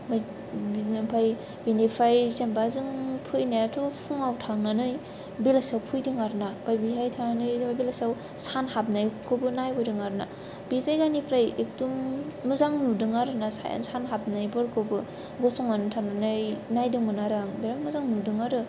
बाय बिदिनो आमफ्राय बेनिफ्राय जेनबा जों फैनायाथ' फुङाव थांनानै बेलासिआव फैदों आरो ना आमफ्राय बेहाय थांनानै जेनेबा बेलासियाव सान हाबनायखौबो नायबोदों आरो ना बे जायगानिफ्राय मोजां नुदों आरो सान हाबनायफोरखौबो गसंनानै थानानै नायदोंमोन आरो आं बेराद मोजां नुदों आरो